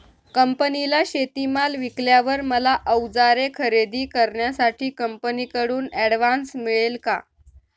कंपनीला शेतीमाल विकल्यावर मला औजारे खरेदी करण्यासाठी कंपनीकडून ऍडव्हान्स मिळेल का?